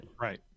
Right